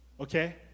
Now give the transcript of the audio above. okay